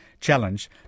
challenge